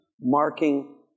marking